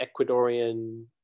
Ecuadorian